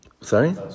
Sorry